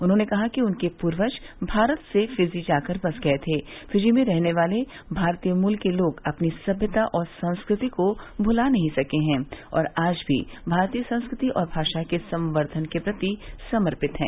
उन्होंने कहा कि उनके पूर्वज भारत से फिजी जाकर बस गये थे फिजी र्मे रहने वाले भारतीय मूल के लोग अपनी सभ्यता और संस्कृति को भुला नहीं सकें है और आज भी भारतीय संस्कृति और भाषा के संवर्द्वन के प्रति समर्पित हैं